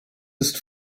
ist